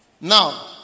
Now